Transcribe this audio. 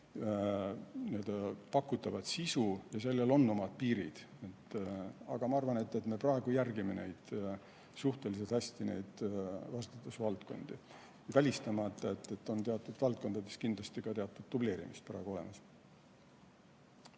pakutavat sisu ja sellel on omad piirid. Aga ma arvan, et me praegu järgime suhteliselt hästi neid vastutusvaldkondi. Samas ma ei välista, et teatud valdkondades kindlasti teatud dubleerimist praegu on.